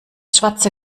schwarze